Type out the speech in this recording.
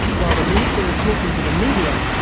while the minister was talking to the media,